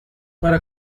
para